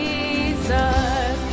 Jesus